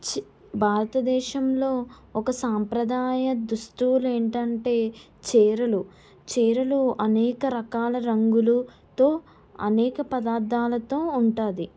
చి భారతదేశంలో ఒక సాంప్రదాయ దుస్తులు ఏంటంటే చీరలు చీరలు అనేక రకాల రంగులతో అనేక పదార్థాలతో ఉంటుంది